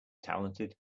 talented